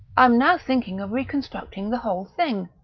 i'm now thinking of reconstructing the whole thing.